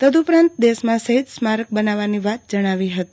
તદ ઉપરાંત દેશમાં શફીદ સ્મારક બનાવવાની વાત જણાવી ફતી